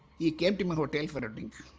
he came to my hotel for a drink.